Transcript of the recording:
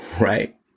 right